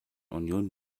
union